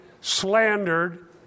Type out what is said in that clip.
slandered